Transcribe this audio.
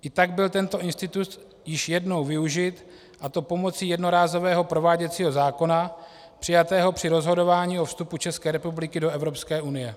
I tak byl tento institut již jednou využit, a to pomocí jednorázového prováděcího zákona přijatého při rozhodování o vstupu České republiky do Evropské unie.